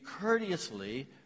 courteously